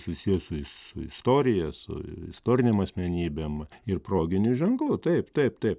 susiję su su istorija su istorinėm asmenybėm ir proginių ženklų taip taip taip